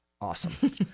awesome